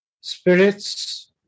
spirits